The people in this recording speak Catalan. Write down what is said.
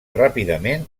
ràpidament